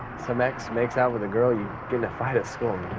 some ex makes out with a girl, you get in a fight at school,